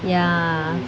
ya